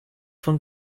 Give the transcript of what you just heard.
von